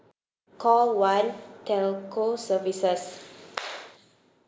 call one telco services